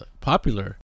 popular